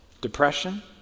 Depression